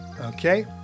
Okay